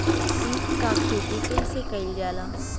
ईख क खेती कइसे कइल जाला?